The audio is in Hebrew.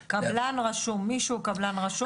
קבלן רשום, מי שהוא קבלן רשום מגיש בקשה.